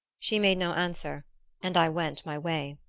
she made no answer and i went my way.